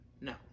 No